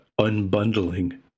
unbundling